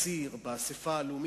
אין ספק.